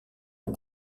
est